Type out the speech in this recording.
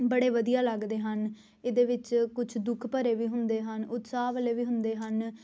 ਬੜੇ ਵਧੀਆ ਲੱਗਦੇ ਹਨ ਇਹਦੇ ਵਿੱਚ ਕੁਛ ਦੁੱਖ ਭਰੇ ਵੀ ਹੁੰਦੇ ਹਨ ਉਤਸ਼ਾਹ ਵਾਲੇ ਵੀ ਹੁੁੰਦੇ ਹਨ